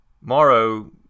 Morrow